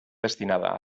destinada